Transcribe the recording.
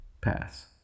Pass